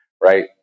Right